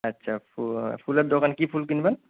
আচ্ছা ফু ফুলের দোকান কী ফুল কিনবেন